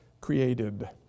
created